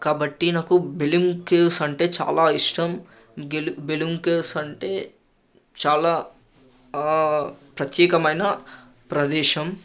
కాబట్టి నాకు బెలూమ్ కేవ్స్ అంటే చాలా ఇష్టం గెలు బెలూమ్ కేవ్స్ అంటే చాలా ప్రత్యేకమైన ప్రదేశం